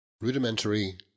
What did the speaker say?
RUDIMENTARY